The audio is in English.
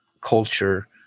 culture